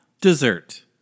dessert